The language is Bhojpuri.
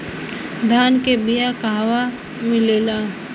धान के बिया कहवा मिलेला?